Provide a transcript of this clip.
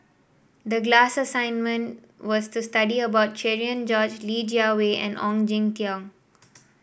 the glass assignment was to study about Cherian George Li Jiawei and Ong Jin Teong